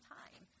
time